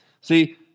See